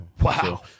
Wow